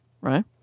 right